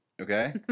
Okay